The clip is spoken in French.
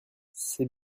c’est